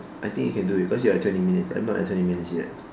I think you can do it cause you're at twenty minutes I'm not at twenty minutes yet